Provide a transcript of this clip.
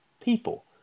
people